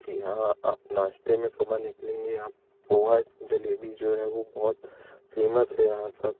की यहाँ आप नाश्ते में सुबह निकलेंगे यहाँ पे पोहा जलेबी जो है बहुत फेमस है यहाँ का